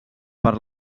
per